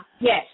Yes